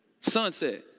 Sunset